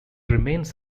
remains